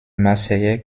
marseillais